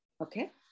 Okay